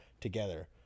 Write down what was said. together